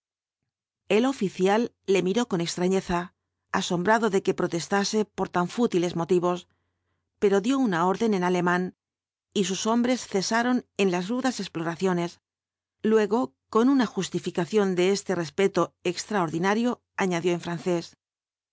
el oficial le miró con extrañeza asombrado de que protestase por tan fútiles motivos pero dio una orden en alemán y sus hombres cesaron en las rudas exploraciones luego como una justificación de este respeto extraordinario añadió en francés